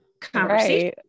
conversation